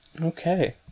Okay